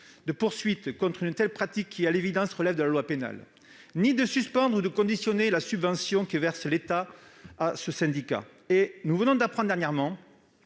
de poursuite contre une telle pratique qui à l'évidence relève de la loi pénale, ni de suspendre ou de conditionner la subvention que verse l'État à ce syndicat. Pis, nous avons appris dernièrement